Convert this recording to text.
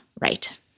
right